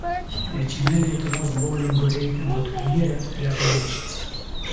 trečiame lietuvos boulingo reitingo turnyre revanšas